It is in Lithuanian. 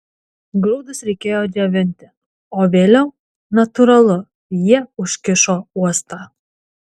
grūdus reikėjo džiovinti o vėliau natūralu jie užkišo uostą